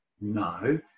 No